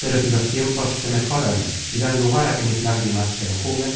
pero si los tiempos se mejoran y dan lugar á que mis lágrimas se enjuguen